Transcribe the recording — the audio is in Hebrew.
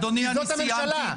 זאת הממשלה,